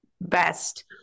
best